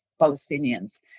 Palestinians